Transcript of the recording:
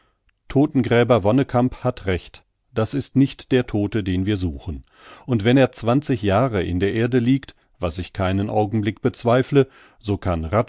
sagte todtengräber wonnekamp hat recht das ist nicht der todte den wir suchen und wenn er zwanzig jahre in der erde liegt was ich keinen augenblick bezweifle so kann